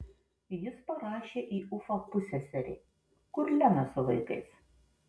jis parašė į ufą pusseserei kur lena su vaikais